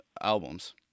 albums